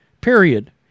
period